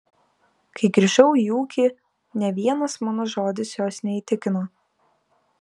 kai grįžau į ūkį nė vienas mano žodis jos neįtikino